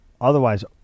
Otherwise